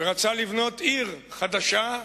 רצה לבנות עיר חדשה,